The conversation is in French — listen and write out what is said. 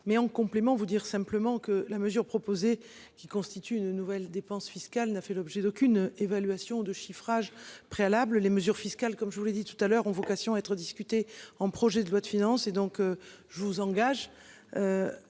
mais en complément. Vous dire simplement que la mesure proposée qui constitue une nouvelle dépense fiscale n'a fait l'objet d'aucune évaluation de chiffrage préalables les mesures fiscales comme je vous l'ai dit tout à l'heure ont vocation à être discuté en projet de loi de finances et donc je vous engage.